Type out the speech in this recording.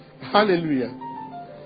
Hallelujah